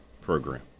program